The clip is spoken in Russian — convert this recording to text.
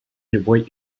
любой